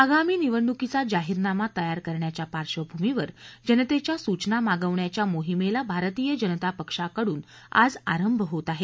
आगामी निवडणुकीचा जाहीरनामा तयार करण्याच्या पार्श्वभूमीवर जनतेच्या सूचना मागवण्याच्या मोहिमेला भारतीय जनता पक्षाकडून आज आरंभ होत आहे